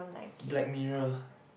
Black Mirror